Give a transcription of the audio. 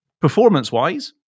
performance-wise